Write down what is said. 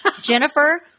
Jennifer